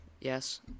Yes